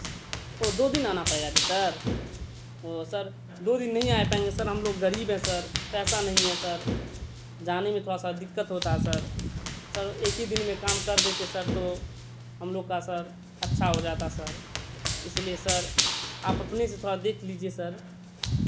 وہ دو دن آنا پڑ گا جی سر وہ سر دو دن نہیں آ پائیں گے سر ہم لوگ غریب ہیں سر پیسہ نہیں ہے سر جانے میں تھوڑا سا دقت ہوتا ہے سر سر ایک ہی دن میں کام کر دیتے سر تو ہم لوگ کا سر اچھا ہو جاتا سر اس لیے سر آپ اپنے سے تھوڑا دیکھ لیجیے سر